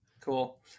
Cool